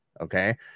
Okay